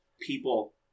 people